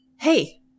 Hey